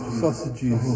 sausages